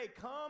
come